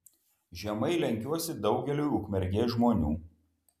žemai lenkiuosi daugeliui ukmergės žmonių